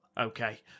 okay